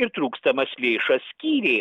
ir trūkstamas lėšas skyrė